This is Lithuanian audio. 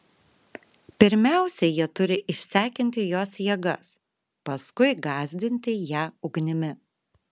pirmiausia jie turi išsekinti jos jėgas paskui gąsdinti ją ugnimi